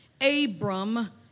Abram